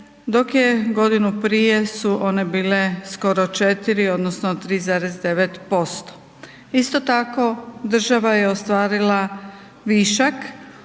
dok je godinu prije su one bile skoro 4 odnosno 3,9%. Isto tako država je ostvarila višak